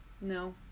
no